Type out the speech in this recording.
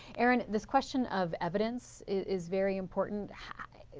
and this question of evidence is very important.